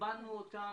דרבנו אותם,